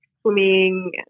swimming